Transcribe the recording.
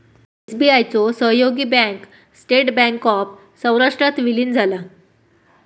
SBI चो सहयोगी bank State Bank of सौराष्ट्रात विलीन झाला